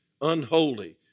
Unholy